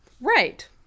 Right